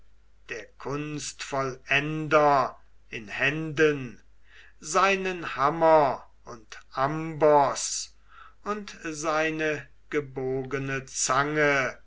der kunst vollender in händen seinen hammer und amboß und seine gebogene zange